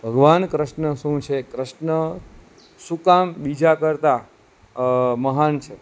ભગવાન કૃષ્ણ શું છે કૃષ્ણ શું કામ બીજા કરતાં મહાન છે